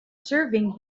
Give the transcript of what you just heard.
serving